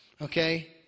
Okay